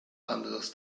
anderes